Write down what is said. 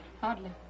Hardly